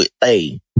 Hey